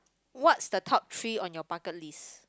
what's the top three on your bucket list